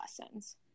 lessons